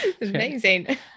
Amazing